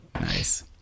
Nice